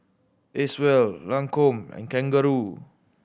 Acwell Lancome and Kangaroo